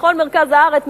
מכל מרכז הארץ,